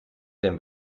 dem